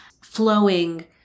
flowing